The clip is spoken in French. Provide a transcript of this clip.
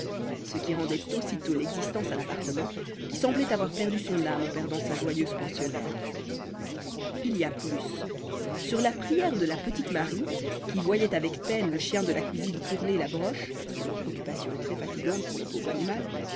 ce qui rendait aussitôt l'existence à l'appartement qui semblait avoir perdu son âme en perdant sa joyeuse pensionnaire il y a plus sur la prière de la petite marie qui voyait avec peine le chien de la cuisine tourner la broche occupation très fatigante pour le pauvre animal